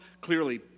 clearly